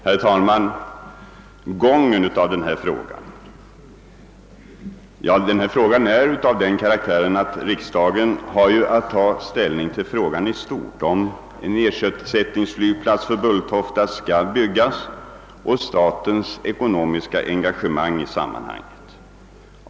Herr talman! Beträffande gången av denna frågas behandling vill jag säga, att själva frågan är av den karaktären att riksdagen har att ta ställning i stort — om en ersättningsflygplats för Bulltofta skall skapas och om statens ekonomiska engagemang i sammanhanget.